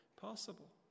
possible